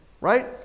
right